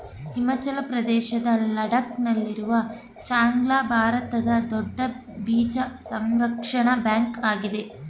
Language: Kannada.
ಹಿಮಾಚಲ ಪ್ರದೇಶದ ಲಡಾಕ್ ನಲ್ಲಿರುವ ಚಾಂಗ್ಲ ಲಾ ಭಾರತದ ದೊಡ್ಡ ಬೀಜ ಸಂರಕ್ಷಣಾ ಬ್ಯಾಂಕ್ ಆಗಿದೆ